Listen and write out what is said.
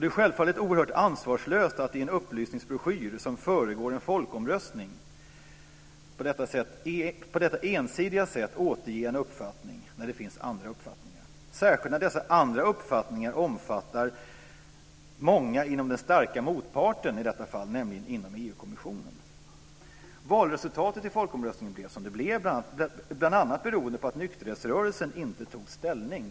Det är självfallet oerhört ansvarslöst att i en upplysningsbroschyr som föregår en folkomröstning på detta ensidiga sätt återge en uppfattning när det finns andra uppfattningar, särskilt när dessa andra uppfattningar omfattar många inom den starka motparten i detta fall, nämligen EU-kommissionen. Valresultatet i folkomröstningen blev som det blev, bl.a. beroende på att nykterhetsrörelsen inte tog ställning.